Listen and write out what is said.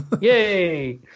Yay